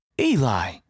Eli